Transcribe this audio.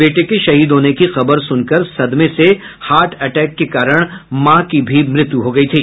बेटे के शहीद होने की खबर सुनकर सदमे से हार्ट अटैक के कारण मां की भी मृत्यू हो गयी